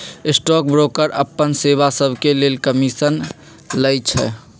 stock broker अप्पन सेवा सभके लेल कमीशन लइछइ